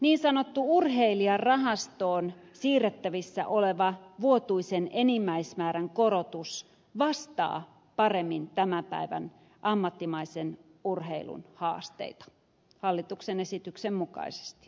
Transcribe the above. niin sanottuun urheilijarahastoon siirrettävissä olevan vuotuisen enimmäismäärän korotus vastaa paremmin tämän päivän ammattimaisen urheilun haasteita hallituksen esityksen mukaisesti